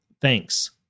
Thanks